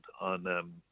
on